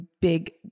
big